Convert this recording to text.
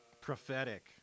Prophetic